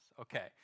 Okay